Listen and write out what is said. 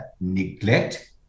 neglect